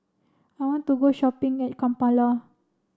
I want to go shopping at Kampala